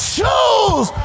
Choose